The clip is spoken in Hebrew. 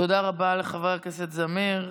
תודה רבה לחבר הכנסת זמיר.